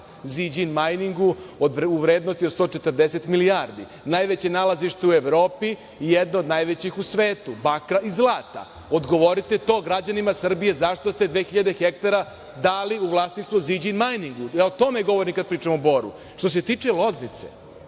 "Ziđin Majningu" u vrednosti od 140 milijardi. Najveće nalazište u Evropi i jedno od najvećih u svetu bakra i zlata. Odgovorite građanima Srbije zašto ste 2.000 hektara dali u vlasništvo "Ziđin Majningu". O tome govorim kad pričam o Boru. Što se tiče Loznice,